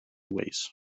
ways